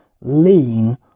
lean